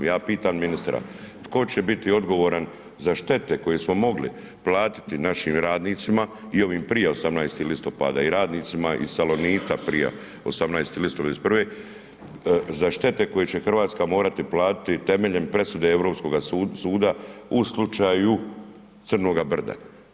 Ja pitam ministra, tko će biti odgovoran za štete koje smo mogli platiti našim radnicima i ovim prije 18. listopada i radnicima iz Salonita prije 18. listopada 1991. za štete koje će Hrvatska morati platiti temeljem presude Europskoga suda u slučaju Crnoga brda.